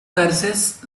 curses